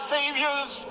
Savior's